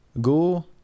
Go